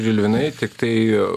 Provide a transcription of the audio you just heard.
žilvinui tiktai